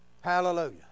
hallelujah